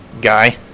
guy